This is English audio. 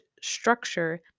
structure